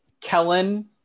Kellen